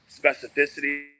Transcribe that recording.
specificity